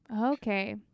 Okay